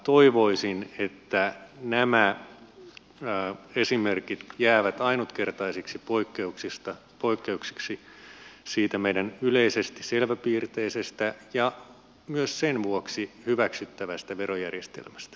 toivoisin että nämä esimerkit jäävät ainutkertaisiksi poikkeuksiksi siitä meidän yleisesti selväpiirteisestä ja myös sen vuoksi hyväksyttävästä verojärjestelmästä